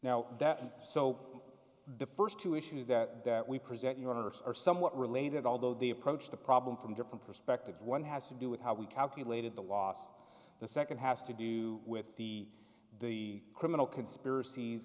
that so the first two issues that we present universe are somewhat related although they approach the problem from different perspectives one has to do with how we calculated the loss the second has to do with the the criminal conspiracies